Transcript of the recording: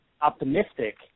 optimistic